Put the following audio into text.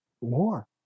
war